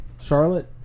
Charlotte